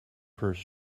purse